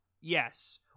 Yes